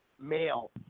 male